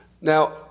Now